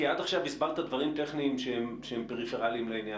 כי עד עכשיו הסברת דברים טכניים שהם פריפריאליים לעניין.